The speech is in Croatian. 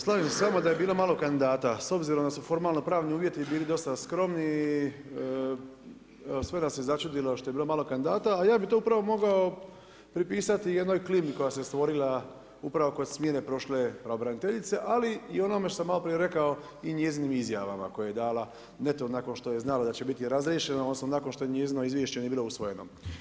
Slažem se s vama da je bilo malo kandidata, s obzirom da su formalnopravni uvjeti bili dosta skromni i sve nas je začudilo što je bilo malo kandidata, a ja bi to upravo mogao pripisati jednoj klimi koja se stvorila upravo kod smjene prošle pravobraniteljice, ali i onome što sam maloprije rekao i njezinim izjavama koje je dala netom nakon što je znala da će biti razriješena odnosno nakon što njezino izvješće nije bilo usvojeno.